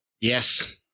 Yes